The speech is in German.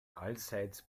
allseits